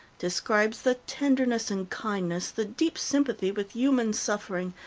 describes the tenderness and kindness, the deep sympathy with human suffering,